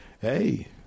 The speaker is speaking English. hey